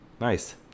Nice